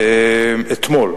אתמול,